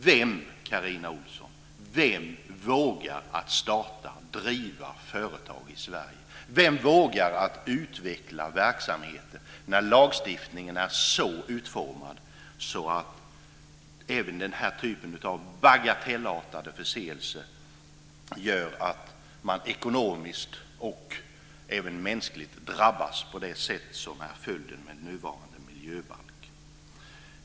Vem, Carina Ohlsson, vågar starta och driva företag i Sverige? Vem vågar utveckla verksamheten när lagstiftningen är utformad så att även den här typen av bagatellartade förseelser gör att man ekonomiskt och även mänskligt drabbas så som blir följden med nuvarande miljöbalk?